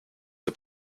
for